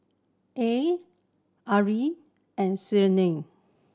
Ain Amrin and Senin